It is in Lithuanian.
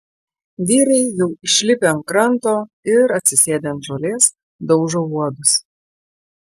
vyrai jau išlipę ant kranto ir atsisėdę ant žolės daužo uodus